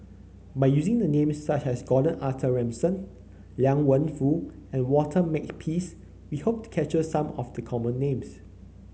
by using names such as Gordon Arthur Ransome Liang Wenfu and Walter Makepeace we hope to capture some of the common names